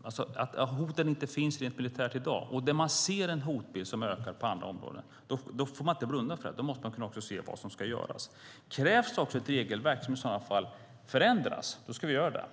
dag, då dessa rent militära hot inte finns och man i stället ser en ökande hotbild på andra områden, måste man se vad som ska göras. Om det krävs att regelverket förändras ska vi göra det.